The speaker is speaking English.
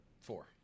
four